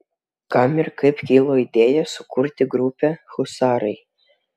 kam ir kaip kilo idėja sukurti grupę husarai